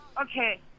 okay